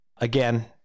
again